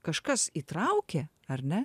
kažkas įtraukė ar ne